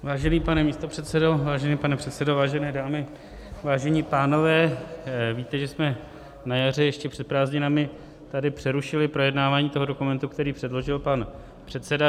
Vážený pane místopředsedo, vážený pane předsedo, vážené dámy, vážení pánové, víte, že jsme na jaře, ještě před prázdninami, tady přerušili projednávání dokumentu, který předložil pan předseda.